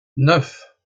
neuf